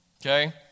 Okay